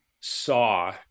saw